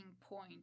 point